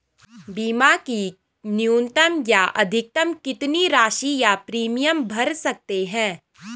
बीमा की न्यूनतम या अधिकतम कितनी राशि या प्रीमियम भर सकते हैं?